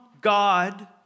God